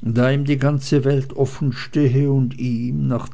da ihm die welt offen stehe und ihm nachdem